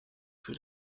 für